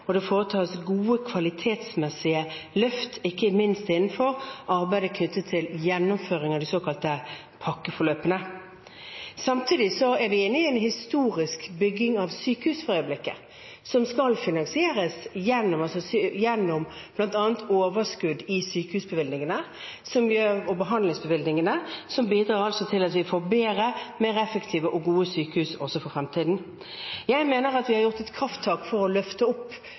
Og det foretas gode kvalitetsmessige løft, ikke minst innenfor arbeidet knyttet til gjennomføringen av de såkalte pakkeforløpene. Samtidig er vi inne i en historisk bygging av sykehus for øyeblikket. Det skal finansieres gjennom bl.a. overskudd i sykehusbevilgningene og behandlingsbevilgningene, og det skal bidra til at vi får bedre, mer effektive og gode sykehus i fremtiden. Jeg mener at vi har tatt et krafttak for å løfte opp